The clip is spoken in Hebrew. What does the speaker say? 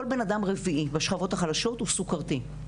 כל בנאדם רביעי בשכבות החלשות הוא סוכרתי,